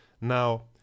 Now